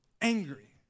angry